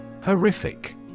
Horrific